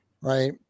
Right